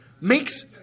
makes